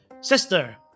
Sister